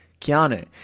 Keanu